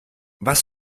was